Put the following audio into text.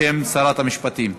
בשם שרת המשפטים.